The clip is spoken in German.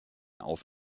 auf